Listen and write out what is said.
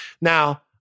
Now